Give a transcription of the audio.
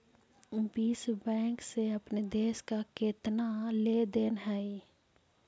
विश्व बैंक से अपने देश का केतना लें देन हई